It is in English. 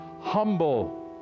humble